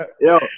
yo